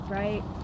right